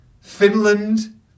Finland